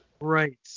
right